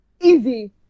Easy